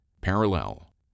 Parallel